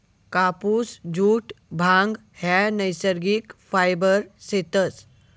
कापुस, जुट, भांग ह्या नैसर्गिक फायबर शेतस